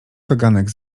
kaganek